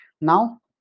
Now